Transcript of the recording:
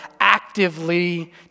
actively